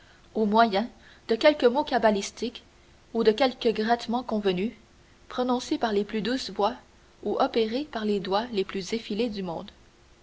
au moyen de quelques mots cabalistiques ou de quelques grattements convenus prononcés par les plus douces voix ou opérés par les doigts les plus effilés du monde